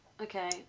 Okay